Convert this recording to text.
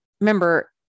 remember